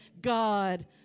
God